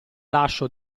lascio